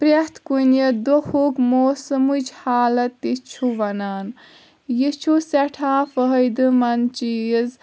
پرٛٮ۪تھ کُنہِ دُوہُک موسمٕچ حالَت تہِ چھُ وَنان یہِ چھُ سٮ۪ٹھاہ فٲیدٕ منٛد چیٖز